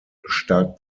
stark